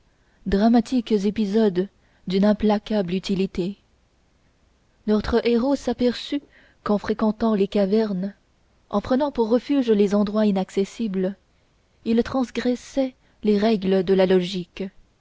dramatiques épisodes d'une implacable utilité notre héros s'aperçut qu'en fréquentant les cavernes et prenant pour refuge les endroits inaccessibles il transgressait les règles de la logique